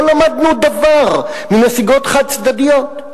לא למדנו דבר מנסיגות חד-צדדיות?